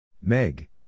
Meg